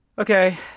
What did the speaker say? Okay